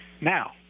now